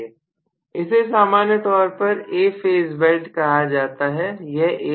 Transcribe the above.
इसे सामान्य तौर पर A फेज बेल्ट कहा जाता है